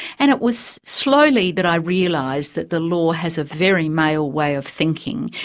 and it was slowly that i realised that the law has a very male way of thinking,